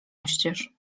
oścież